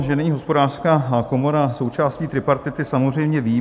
Že není Hospodářská komora součástí tripartity samozřejmě vím.